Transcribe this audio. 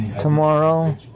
tomorrow